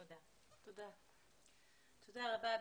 תודה רבה.